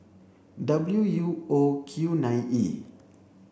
W U O Q nine E